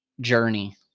journey